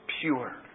pure